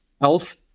health